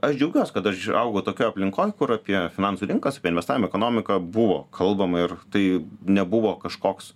aš džiaugiuos kad aš augau tokioj aplinkoj kur apie finansų rinkas apie investavimo ekonomiką buvo kalbama ir tai nebuvo kažkoks